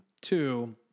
Two